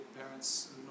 parents